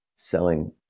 Selling